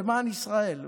למען ישראל.